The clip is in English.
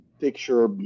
picture